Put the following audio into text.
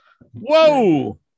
whoa